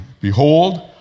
Behold